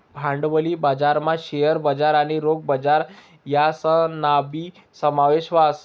भांडवली बजारमा शेअर बजार आणि रोखे बजार यासनाबी समावेश व्हस